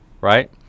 right